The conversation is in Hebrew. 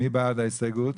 מי בעד ההסתייגות?